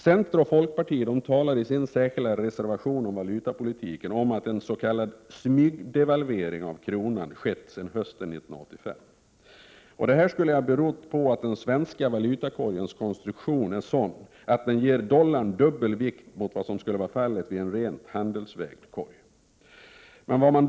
Centern och folkpartiet talar i sin särskilda reservation om valutapolitiken om att en ”smygdevalvering” av kronan skett sedan hösten 1985. Detta skulle ha berott på att den svenska valutakorgens konstruktion är sådan att den ger dollarn dubbel vikt mot vad som skulle vara fallet vid en ren handelsvägd korg.